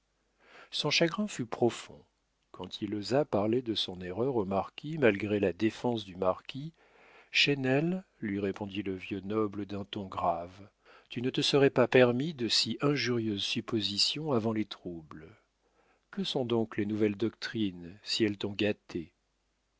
son chagrin fut profond quand il osa parler de son erreur au marquis malgré la défense du marquis chesnel lui répondit le vieux noble d'un ton grave tu ne te serais pas permis de si injurieuses suppositions avant les troubles que sont donc les nouvelles doctrines si elles t'ont gâté